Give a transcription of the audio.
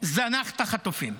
זנח את החטופים,